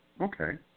Okay